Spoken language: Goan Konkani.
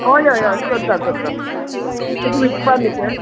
अय अय अय करता करता तुक विकपा न्हू ते